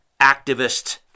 activist